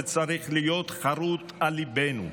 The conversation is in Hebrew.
זה צריך להיות חרוט בליבנו: